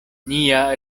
nia